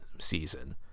season